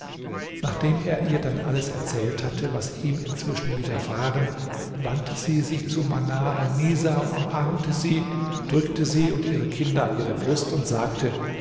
nachdem er ihr dann alles erzählt hatte was ihm inzwischen widerfahren wandte sie sich zu manar alnisa umarmte sie drückte sie und ihre kinder an ihre brust und sagte